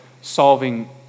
solving